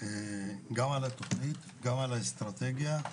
גם על התוכנית, גם על האסטרטגיה.